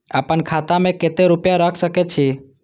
आपन खाता में केते रूपया रख सके छी?